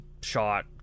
shot